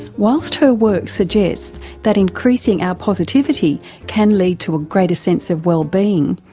whilst her work suggests that increasing our positivity can lead to a greater sense of wellbeing,